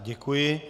Děkuji.